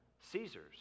Caesar's